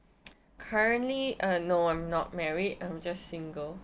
currently uh no I'm not married I'm just single